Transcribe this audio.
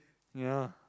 ya